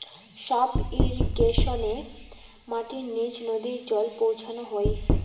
sub ইর্রিগেশনে মাটির নিচ নদী জল পৌঁছানো হই